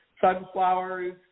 sunflowers